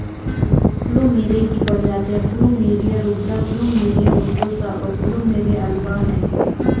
plumeria की प्रजातियाँ plumeria rubra, plumeria obtusa, और प्लुमेरिया अल्बा हैं